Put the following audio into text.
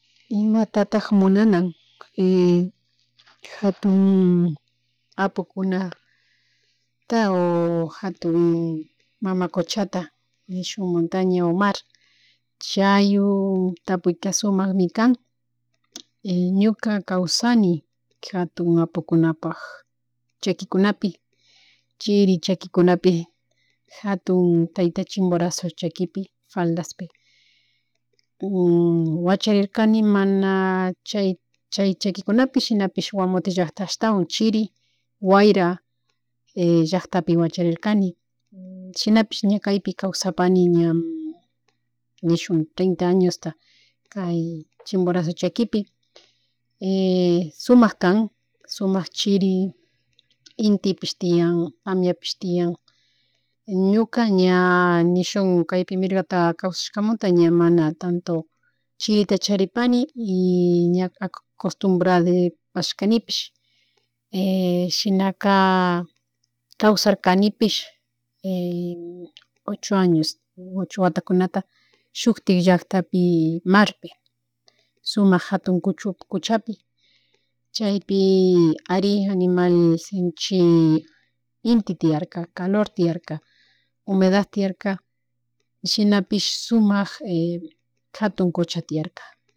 Imatatak munana y jatun apukkuna o jatun mama kochata nishun motaña o mar, chaywan tapuyka sumakmi kan ñuka kawsani jatun apukunapak chakikunapi chirir chakikunapi jatun tayta Chimborazo chakipi faldaspi wacharirkani mana chay, chay chakikunapish shinapish Guamota llacktapi ashtawan chiri wayra llacktapi wacharirkani shinapish ña kaypi kawsapani ña nishun trenta añosta kay Chimborazo chakipi sumak kan, sumak chiri intipish tiyan, tamiapish tian ñuka ña nishun kaypi mirgata kawsashkamanta ña mana tanto chirita charipani y ña costumbrarishpashkanipish shinaka kawsarkanipish ocho añosta, ocho watakunata shuktik llacktapi marpi, sumak jatun kuchapi chaypi ari animal shinchi inti tiyarka, calor tiyarka, humedad tiyarka shinapish sumak jatun kuchata tiyarka.